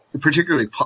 particularly